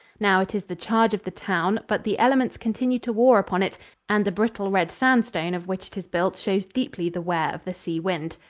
now it is the charge of the town, but the elements continue to war upon it and the brittle red sandstone of which it is built shows deeply the wear of the sea wind.